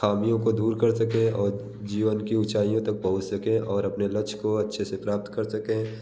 अपनी ख़ामियों को दूर कर सके और जीवन की उंचाइयों तक पहुच सके और अपने लक्ष्य को अच्छे से प्राप्त कर सके